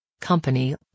Company